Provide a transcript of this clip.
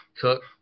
Cook